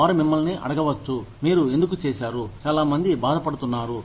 వారు మిమ్మల్ని అడగవచ్చు మీరు ఎందుకు చేశారు చాలా మంది బాధపడుతున్నారు